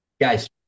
Guys